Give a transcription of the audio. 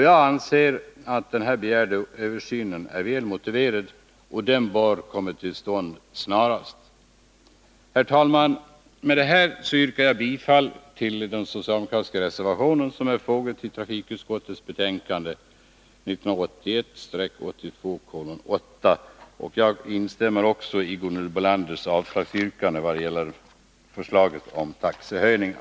Jag anser att den begärda översynen är väl motiverad och bör komma till stånd snarast. Herr talman! Med detta yrkar jag bifall till den socialdemokratiska reservation som är fogad till trafikutskottets betänkande 1981/82:8. Jag instämmer också i Gunhild Bolanders avslagsyrkande vad gäller förslaget om taxehöjningar.